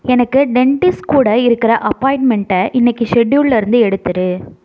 எனக்கு டென்டிஸ்ட் கூட இருக்கிற அப்பாயின்மென்ட்டை இன்னைக்கு ஷெட்யூல்ல இருந்து எடுத்திரு